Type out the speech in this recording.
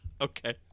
Okay